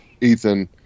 ethan